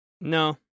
No